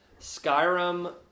Skyrim